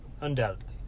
Undoubtedly